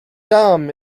dam